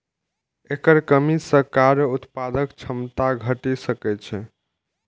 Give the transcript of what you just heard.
एकर कमी सं कार्य उत्पादक क्षमता घटि सकै छै